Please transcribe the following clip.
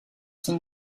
sent